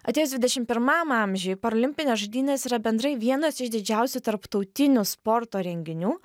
atėjus dvidešim pirmam amžiui paralimpinės žaidynės yra bendrai vienos iš didžiausių tarptautinių sporto renginių